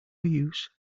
use